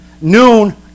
noon